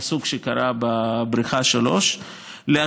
מהסוג שקרה בבריכה 3. וכן,